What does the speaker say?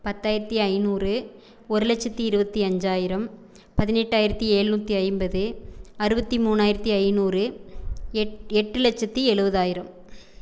பத்தாயிரத்தி ஐந்நூறு ஒரு லட்சத்தி இருபத்தி அஞ்சாயிரம் பதினெட்டாயிரத்தி எழுநூற்றி ஐம்பது அறுபத்தி மூணாயிரத்தி ஐந்நூறு எட் எட்டு லட்சத்தி எழுபதாயிரம்